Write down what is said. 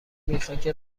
میخک